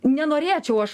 nenorėčiau aš